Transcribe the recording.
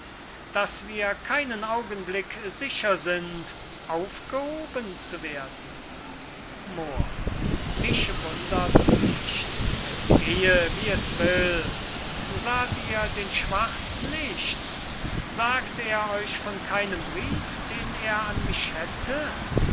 daß wir keinen augenblick sicher sind aufgehoben zu werden moor mich wundert's nicht es gehe wie es will sah't ihr den schwarz nicht sagt er euch von keinem brief den er an mich hätte